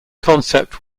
concept